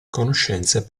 conoscenze